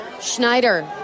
Schneider